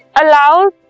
allows